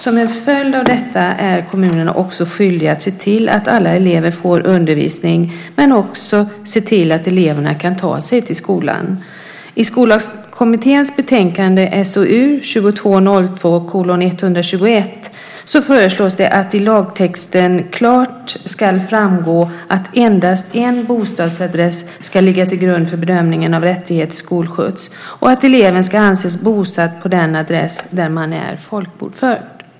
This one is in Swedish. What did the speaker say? Som en följd av detta är kommunerna också skyldiga att se till att alla elever får undervisning, men också att se till att eleverna kan ta sig till skolan. I Skollagskommitténs betänkande SOU 2002:121 sägs att det i lagtexten klart ska framgå att endast en bostadsadress ska ligga till grund för bedömningen av rättighet till skolskjuts och att eleven ska anses vara bosatt på den adress där man är folkbokförd.